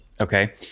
Okay